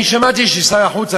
אני שמעתי ששר החוץ,